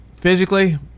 physically